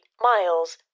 miles